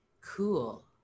Cool